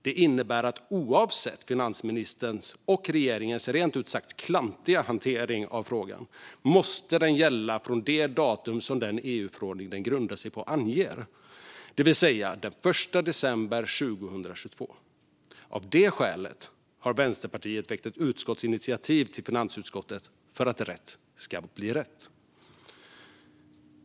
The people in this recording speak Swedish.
Det innebär att oavsett finansministerns och regeringens rent ut sagt klantiga hantering av frågan måste skatten gälla från det datum som den EU-förordning den grundar sig på anger, det vill säga den 1 december 2022. Av det skälet har Vänsterpartiet väckt ett utskottsinitiativ i finansutskottet för att rätt ska bli rätt.